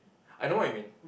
I know what you mean